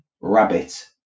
Rabbit